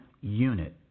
unit